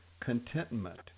contentment